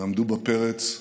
ועמדו בפרץ,